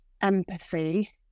Empathy